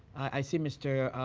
i see mr.